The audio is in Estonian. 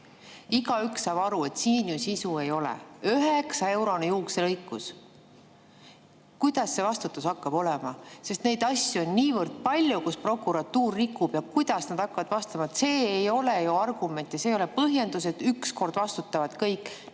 Igaüks saab aru, et siin ju sisu ei ole. Üheksaeurone juukselõikus! Kuidas see vastutus hakkab olema? Neid asju on niivõrd palju, mida prokuratuur rikub. Kuidas nad hakkavad vastutama? See ei ole ju argument ja see ei ole põhjendus, et ükskord vastutavad kõik.